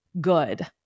good